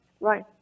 right